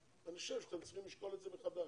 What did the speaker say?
אני חושב שאתם צריכים לשקול את זה מחדש.